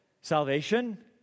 salvation